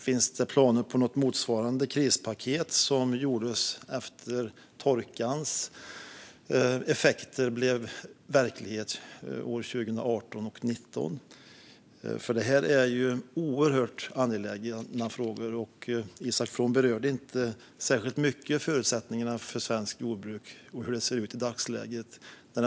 Finns det planer på något krispaket motsvarande det som gjordes efter det att torkans effekter blev verklighet 2018 och 2019? Detta är oerhört angelägna frågor, och Isak From berörde inte förutsättningarna för svenskt jordbruk och hur det ser ut i dagsläget särskilt mycket.